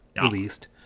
released